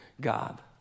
God